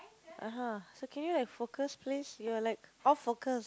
uh-huh so can you have focus please you are like off focus